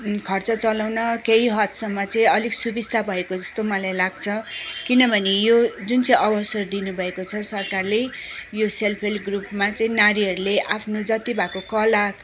घरमा खर्च चलाउन केही हदसम्म चाहिँ अलिक सुबिस्ता भएको जस्तो मलाई लाग्छ किनभने यो जुन चाहिँ अवसर दिनुभएको छ सरकारले यो सेल्फ हेल्प ग्रुपमा चाहिँ नारीहरूले आफ्नो जति भएको कला